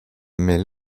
mais